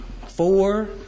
four